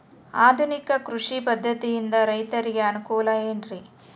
ಆಧುನಿಕ ಕೃಷಿ ಪದ್ಧತಿಯಿಂದ ರೈತರಿಗೆ ಅನುಕೂಲ ಏನ್ರಿ?